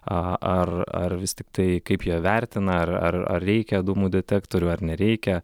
ar ar vis tiktai kaip jie vertina ar ar ar reikia dūmų detektorių ar nereikia